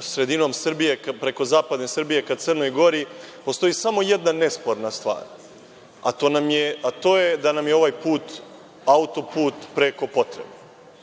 sredinom Srbije, preko zapadne Srbije ka Crnoj Gori, postoji samo jedna nesporna stvar, a to je da nam je ovaj autoput preko potreban.